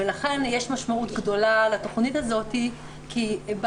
ולכן יש משמעות גדולה לתכנית הזאת כי יש בה